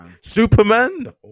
Superman